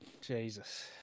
jesus